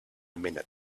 minute